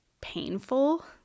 painful